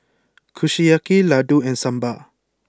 Kushiyaki Ladoo and Sambar